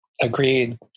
Agreed